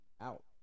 out